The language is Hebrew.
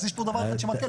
אז יש פה דבר אחד שמקל,